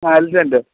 ആ ഉണ്ട്